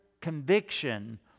conviction